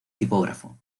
tipógrafo